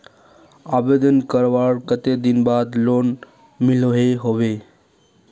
आवेदन करवार कते दिन बाद लोन मिलोहो होबे?